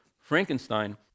Frankenstein